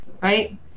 right